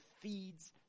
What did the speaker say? feeds